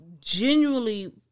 genuinely